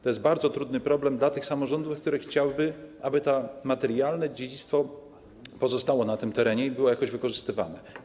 To jest bardzo trudny problem dla tych samorządów, które chciałyby, aby to materialne dziedzictwo pozostało na tym terenie i było jakoś wykorzystywane.